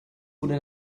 wurde